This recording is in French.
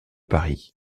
paris